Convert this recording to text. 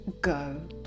go